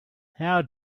how